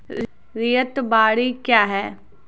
रैयत बाड़ी क्या हैं?